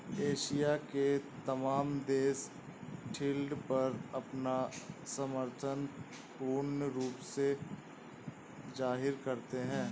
Asia के तमाम देश यील्ड पर अपना समर्थन पूर्ण रूप से जाहिर करते हैं